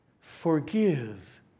forgive